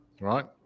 right